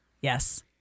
Yes